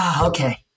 okay